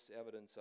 evidence